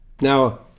Now